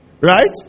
right